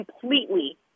completely